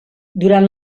durant